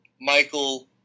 Michael